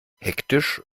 hektisch